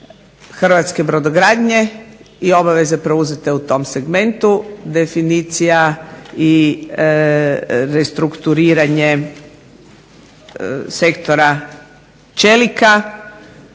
hrvatske brodogradnje i obaveze preuzete u tom segmentu, definicija i restrukturiranje sektora čelika